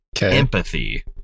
empathy